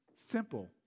simple